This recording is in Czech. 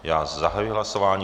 Já zahajuji hlasování.